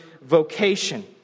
vocation